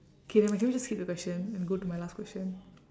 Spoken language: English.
K nevermind can we just skip the question and go to my last question